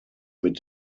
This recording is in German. mit